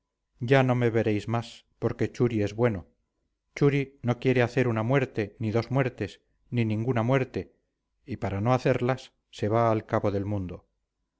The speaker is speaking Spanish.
ya no me veréis más porque churi es bueno churi no quiere hacer una muerte ni dos muertes ni ninguna muerte y para no hacerlas se va al cabo del mundo